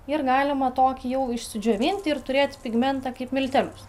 ir galima tokį jau išsidžiovint ir turėt pigmentą kaip miltelius